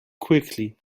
quickly